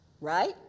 Right